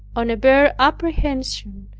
on a bare apprehension,